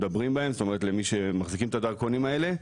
ולמי שמחזיקים את הדרכונים האלה.